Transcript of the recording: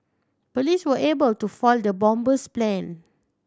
police were able to foil the bomber's plan